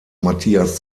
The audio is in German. matthias